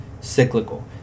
cyclical